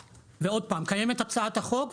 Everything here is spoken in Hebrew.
קיימת הצעת החוק,